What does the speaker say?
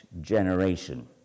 generation